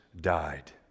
died